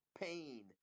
pain